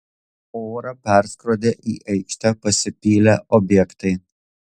orą perskrodė į aikštę pasipylę objektai